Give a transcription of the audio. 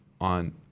on